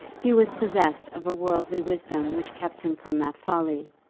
he was possessed of a worldly wisdom which kept him from that folly,